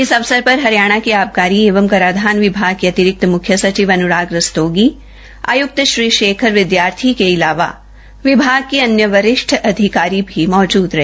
इस अवसर पर हरियाणा के आबकारी एवं कराधान विभाग के अतिरिक्त मुख्य सचिव अनुराग रस्तोगी आयुक्त श्री शेखर विद्यार्थी के अलावा विभाग के अन्य वरिष्ठ अधिकारी भी मौजूद रहे